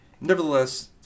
Nevertheless